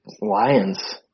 Lions